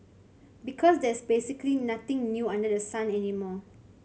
because there's basically nothing new under the sun anymore